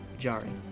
Jari